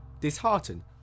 disheartened